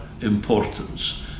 importance